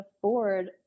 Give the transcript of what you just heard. afford